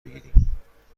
بگیریم